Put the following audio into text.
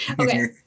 Okay